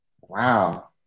Wow